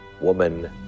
woman